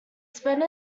spent